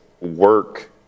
work